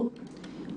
אורן,